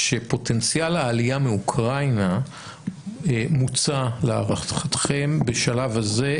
שפוטנציאל העלייה מאוקראינה מוצה להערכתכם בשלב הזה,